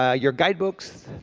ah your guidebooks,